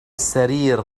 السرير